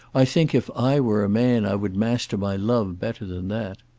i think if i were a man i would master my love better than that.